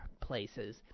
places